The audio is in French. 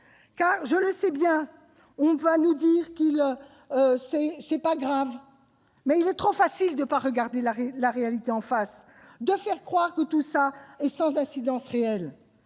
Je le sais bien, on va nous dire que la situation n'est pas si grave. Mais il est trop facile de ne pas regarder la réalité en face et de faire croire que tout cela est sans incidence réelle.